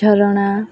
ଝରଣା